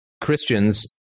Christians